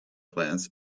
plants